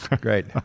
Great